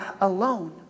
alone